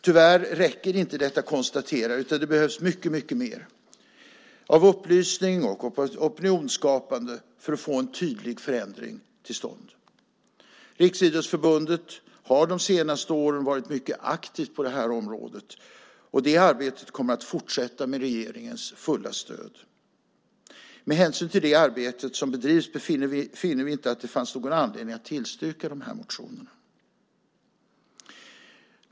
Tyvärr räcker inte detta konstaterande, utan det behövs mycket mer av upplysning och opinionsskapande för att få en tydlig förändring till stånd. Riksidrottsförbundet har de senaste åren varit mycket aktivt på det här området, och det arbetet kommer att fortsätta med regeringens fulla stöd. Med hänsyn till det arbete som bedrivs finner vi inte att det finns någon anledning att tillstyrka de här motionerna.